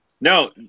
no